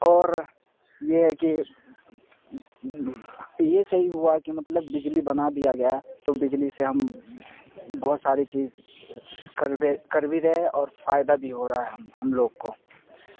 اور یہ ہے کہ یہ صحیح ہوا کہ مطلب بجلی بنا دیا گیا تو بجلی سے ہم بہت ساری چیز کربے کربھی رہے ہیں اور فائدہ بھی ہو رہا ہے ہم ہم لوگ کو